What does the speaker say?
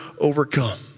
overcome